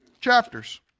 chapters